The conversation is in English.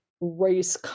race